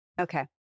Okay